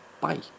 Bye